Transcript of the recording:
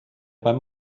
beim